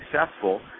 successful